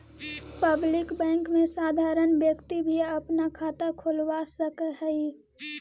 public bank में साधारण व्यक्ति भी अपना खाता खोलवा सकऽ हइ